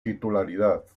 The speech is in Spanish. titularidad